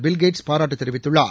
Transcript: Bill Gates பாராட்டு தெரிவித்துள்ளார்